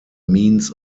means